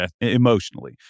emotionally